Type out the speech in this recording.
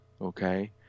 okay